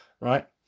right